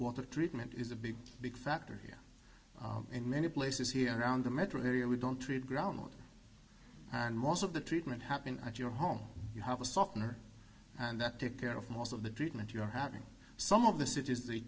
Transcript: water treatment is a big big factor here and many places here around the metro area we don't treat ground and most of the treatment happened i do your home you have a softener and that take care of most of the treatment you are having some of the cities they